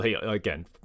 again